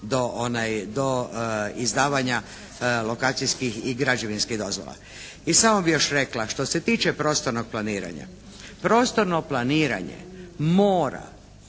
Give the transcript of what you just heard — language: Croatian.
do izdavanja lokacijskih i građevinskih dozvola. I samo bi još rekla, što se tiče prostornog planiranja, prostorno planiranje mora